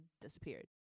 disappeared